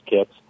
kits